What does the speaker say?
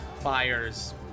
fires